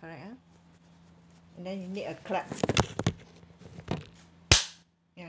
correct ah then you need a clap ya